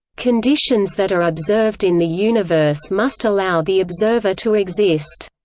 conditions that are observed in the universe must allow the observer to exist,